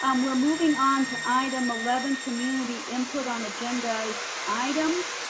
um we're moving on to item eleven, community input on agendized items.